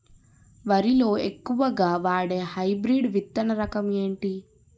వరి లో ఎక్కువుగా వాడే హైబ్రిడ్ విత్తన రకం ఏంటి?